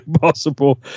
possible